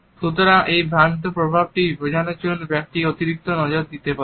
সুতরাং এই ভ্রান্ত প্রভাবটিকে বোঝানোর জন্য ব্যক্তিটি অতিরিক্ত নজর দিতে পারে